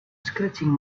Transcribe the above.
stretching